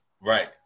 Right